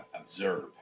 observe